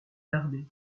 gardé